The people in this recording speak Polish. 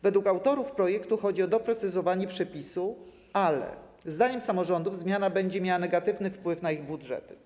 Według autorów projektu chodzi o doprecyzowanie przepisu, ale zdaniem samorządów zmiana będzie miała negatywny wpływ na ich budżety.